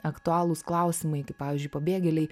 aktualūs klausimai kaip pavyzdžiui pabėgėliai